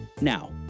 Now